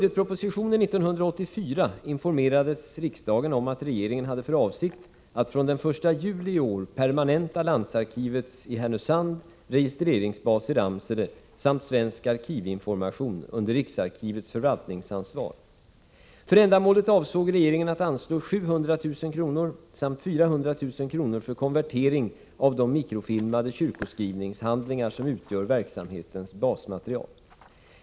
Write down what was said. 1984 informerades riksdagen om att regeringen hade för avsikt att från den 1 juli 1984 permanenta landsarkivets i Härnösand registreringsbas i Ramsele samt Svensk arkivinformation under riksarkivets förvaltningsansvar. För ändamålet avsåg regeringen att anslå 700 000 kr. samt 400 000 kr. för konvertering av de mikrofilmade kyrkoskrivningshandlingar som utgör verksamhetens basmaterial.